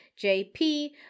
JP